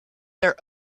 their